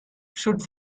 should